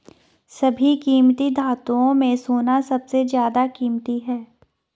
सभी कीमती धातुओं में सोना सबसे ज्यादा कीमती है